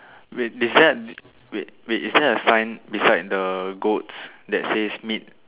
wait is there we wait wait is there a sign beside the goats that says meat